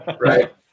Right